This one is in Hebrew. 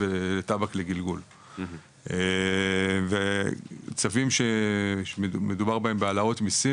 וטבק לגלגול וצווים שמדובר בהם בהעלאות מיסים,